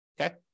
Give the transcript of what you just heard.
okay